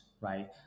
Right